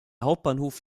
hauptbahnhof